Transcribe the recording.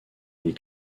les